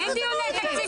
יש תקציב,